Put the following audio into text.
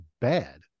bad